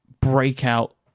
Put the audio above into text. breakout